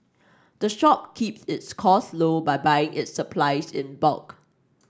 the shop keeps its costs low by buying its supplies in bulk